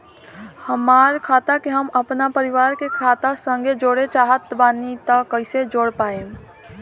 हमार खाता के हम अपना परिवार के खाता संगे जोड़े चाहत बानी त कईसे जोड़ पाएम?